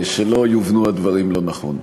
שלא יובנו הדברים לא נכון.